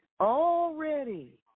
Already